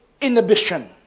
inhibition